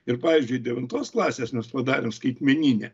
ir pavyzdžiui devintos klasės mes padarėm skaitmeninį